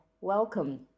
welcome